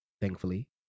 thankfully